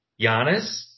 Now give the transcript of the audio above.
Giannis